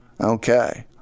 Okay